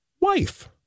wife